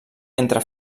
entre